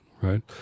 Right